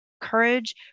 courage